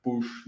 push